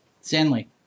Stanley